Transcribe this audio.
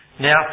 Now